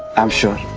am sure,